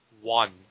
one